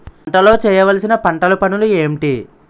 పంటలో చేయవలసిన పంటలు పనులు ఏంటి?